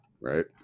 Right